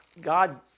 God